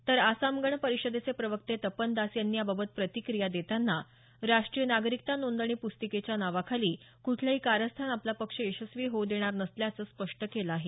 तर आसाम गण परिषदेचे प्रवक्ते तपन दास यांनी याबाबत प्रतिक्रिया देताना राष्ट्रीय नागरिकता नोंदणी प्रस्तिकेच्या नावाखाली कुठलंही कारस्थान आपला पक्ष यशस्वी होवू देणार नाही असं स्पष्ट केलं आहे